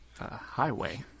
highway